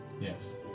Yes